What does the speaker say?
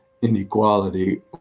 inequality